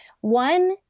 One